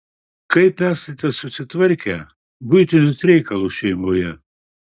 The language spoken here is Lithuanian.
kaip esate susitvarkę buitinius reikalus šeimoje